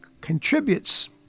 contributes